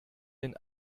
den